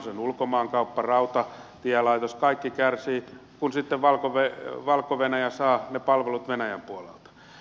sen ulkomaankauppa rautatielaitos kaikki kärsivät kun sitten valko venäjä saa ne palvelut venäjän puolelta